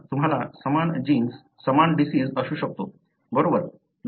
पुन्हा तुम्हाला समान जीन्स समान डिसिज असू शकतो बरोबर